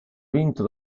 vinto